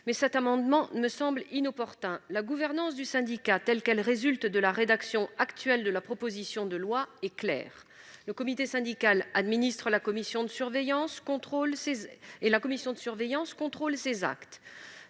mais il me semble inopportun. La gouvernance du syndicat, telle qu'elle résulte de la rédaction actuelle de la proposition de loi, est claire : le comité syndical administre la commission de surveillance et la commission de surveillance contrôle ses actes.